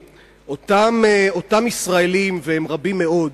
אותם ישראלים, והם רבים מאוד,